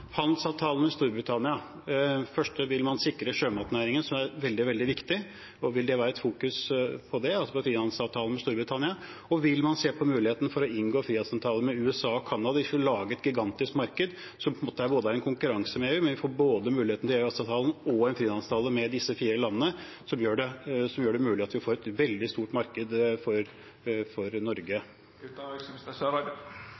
med Storbritannia. Vil man sikre sjømatnæringen, som er veldig viktig, og fokusere på det i frihandelsavtalen med Storbritannia? Og vil man se på muligheten for å inngå frihandelsavtale med USA og Canada? Hvis man lager et gigantisk marked som er i konkurranse med EU, får vi muligheten gjennom både EØS-avtalen og en frihandelsavtale med disse fire til å få et veldig stort marked for Norge. Jeg diskuterer gjerne hva det skal være, men hvis representanten puster litt med magen, tror jeg vi får